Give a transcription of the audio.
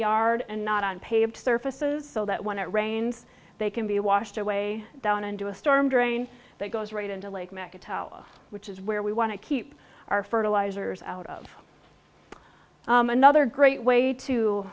yard and not on paved surfaces so that when it rains they can be washed away down into a storm drain that goes right into lake macca tell us which is where we want to keep our fertilizers out of another great way to